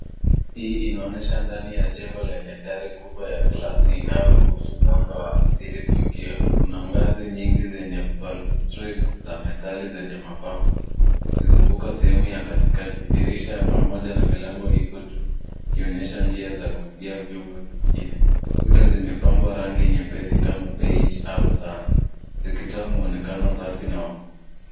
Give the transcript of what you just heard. Hii inaonesha ndani ya jengo lenye dari kubwa ya glasi inayoruhusu mwanga wa asili kuingia. Kuna ngazi nyingi zenye balustrades za metali zenye mapambo, zikizunguka sehemu ya katikati. Dirisha ya pamoja na milango iko juu, ikionyesha njia za kuingia vyumba vingine. Kuta zimepakwa rangi nyepesi kama beige au tan , zikitoa muonekano safi na wakuvutia.